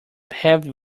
paved